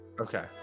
Okay